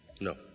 No